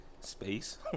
space